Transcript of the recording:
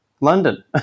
London